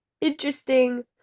Interesting